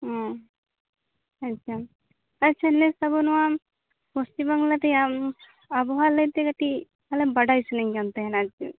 ᱚᱸᱻ ᱟᱪᱪᱷᱟ ᱟᱪᱪᱷᱟ ᱱᱮᱥ ᱟᱵᱳ ᱱᱚᱣᱟ ᱯᱚᱪᱷᱤᱢ ᱵᱟᱝᱞᱟ ᱨᱮᱭᱟ ᱟᱵᱚᱦᱟᱣᱟ ᱞᱟᱹᱭ ᱛᱮ ᱠᱟᱹᱴᱤᱡ ᱵᱟᱲᱟᱭ ᱥᱟᱱᱟᱧ ᱠᱟᱱ ᱛᱟᱦᱮᱱᱟ ᱟᱨ ᱠᱤ